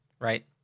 right